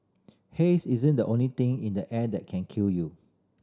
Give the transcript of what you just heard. haze isn't the only thing in the air that can kill you